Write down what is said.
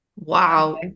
Wow